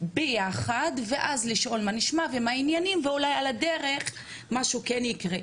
ביחד ואז לשאול מה נשמע ומה עניינים ואולי על הדרך משהו כן יקרה,